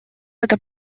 эта